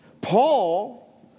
Paul